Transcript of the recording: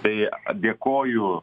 tai dėkoju